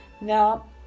now